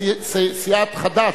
סיעת חד"ש,